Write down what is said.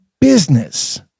business